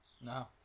No